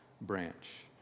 branch